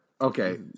Okay